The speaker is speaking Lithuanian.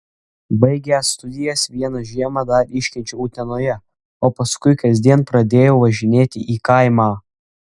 baigęs studijas vieną žiemą dar iškenčiau utenoje o paskui kasdien pradėjau važinėti į kaimą